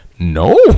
no